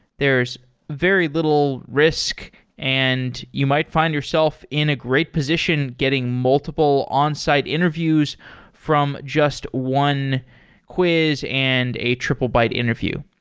there's very little risk and you might find yourself in a great position getting multiple onsite interviews from just one quiz and a triplebyte interview.